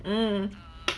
mm